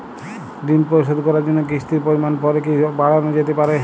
ঋন পরিশোধ করার জন্য কিসতির পরিমান পরে কি বারানো যেতে পারে?